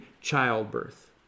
childbirth